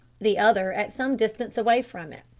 the other at some distance away from it.